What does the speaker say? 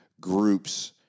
groups